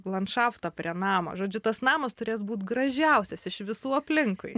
landšaftą prie namo žodžiu tas namas turės būt gražiausias iš visų aplinkui